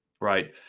right